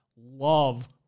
love